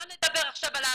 לא נדבר עכשיו על העבר.